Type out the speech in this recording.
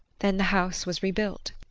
then the house was rebuilt.